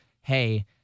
Hey